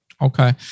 Okay